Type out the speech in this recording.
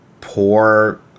poor